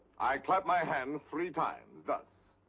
i clap my hands three times, thus.